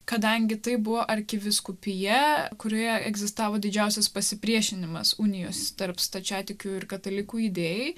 kadangi tai buvo arkivyskupija kurioje egzistavo didžiausias pasipriešinimas unijos tarp stačiatikių ir katalikų idėjai